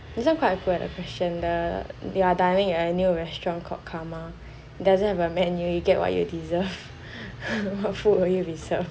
this one quite okay what the question the they are dining in a new restaurant called karma doesn't have a menu you get what you deserve what food will you be served